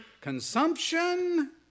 consumption